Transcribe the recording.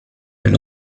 elle